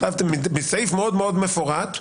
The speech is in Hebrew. בסעיף מאוד מאוד מפורט,